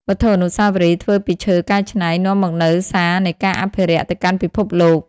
វត្ថុអនុស្សាវរីយ៍ធ្វើពីឈើកែច្នៃ នាំមកនូវសារនៃការអភិរក្សទៅកាន់ពិភពលោក។